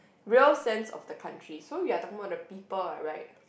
real sense of the country so we are talking about the people ah right